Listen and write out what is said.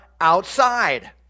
outside